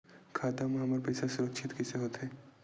खाता मा हमर पईसा सुरक्षित कइसे हो थे?